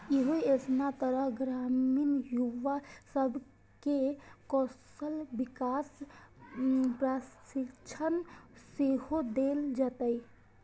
एहि योजनाक तहत ग्रामीण युवा सब कें कौशल विकास प्रशिक्षण सेहो देल जेतै